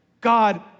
God